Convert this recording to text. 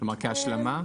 כהשלמה.